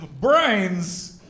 Brains